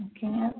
ஓகேங்க